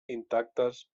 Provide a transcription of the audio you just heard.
intactes